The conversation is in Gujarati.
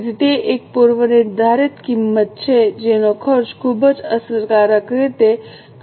તેથી તે એક પૂર્વનિર્ધારિત કિંમત છે જેનો ખર્ચ ખૂબ જ અસરકારક રીતે કરવામાં આવે છે